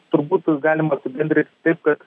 turbūt galima apibendrinti taip kad